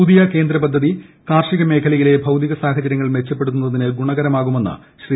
പുതിയ കേന്ദ്ര പദ്ധതി കാർഷിക മേഖലയിലെ ഭൌതിക സാഹചര്യങ്ങൾ മെച്ചപ്പെടുത്തുന്നതിന് ഗുണകരമാകുമെന്ന് ശ്രീ